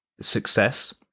success